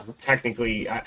technically –